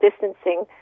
distancing